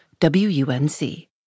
WUNC